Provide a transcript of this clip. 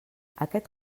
aquest